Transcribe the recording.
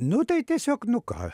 nu tai tiesiog nu ką